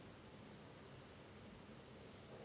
okay I think I can can go my lunch already